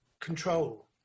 control